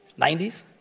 90s